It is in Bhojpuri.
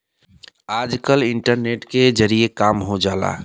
आजकल इन्टरनेट के जरिए काम हो जाला